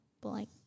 blank